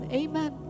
amen